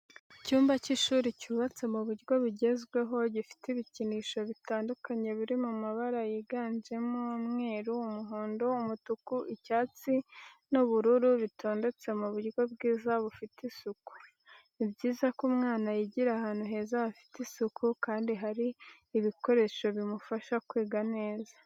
Icyumba cy'ishuri cyubatse mu buryo bugezweho gifite ibikinisho bitandukanye biri mabara yiganjemo umweru, umuhondo, umutuku, icyatsi n'ubururu bitondetse mu buryo bwiza bufite isuku. Ni byiza ko umwana yigira ahantu heza hafite isuku kandi hari ibikoresho bimufasha kwiga neza.